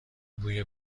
بوی